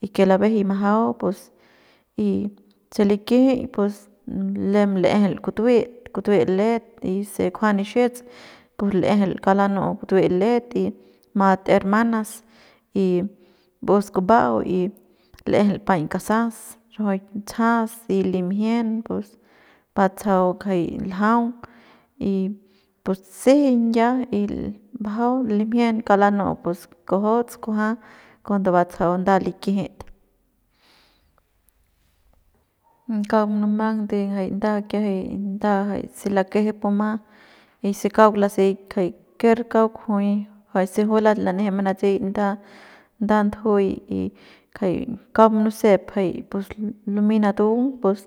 y que labejey majau pus y se likijik pues lem l'ejel kutuet kutuet let y se kujuan nixiets pus l'ejel kauk lanu kutuet let y mat hermanas y bu'us kuba'au y lejel paiñ kasas rajuik tsajas y limjien y batsajau jay ljau y pus sejeiñ ya y bajau limjien kauk lanu'u pus kujots kujua cuando batsajau nda likijit kauk munumang de de jay nda kiajay de nda jay se lakeje puma y se kauk laseik kjay ker kauk juy jay se juy lan'eje manatsey nda nda ndujuy y kjay kauk munusep jay pus lumey natung pus.